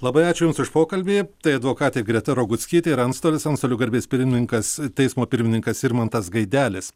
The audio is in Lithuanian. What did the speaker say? labai ačiū jums už pokalbį tai advokatė greta roguckytė ir antstolis antstolių garbės pirmininkas teismo pirmininkas irmantas gaidelis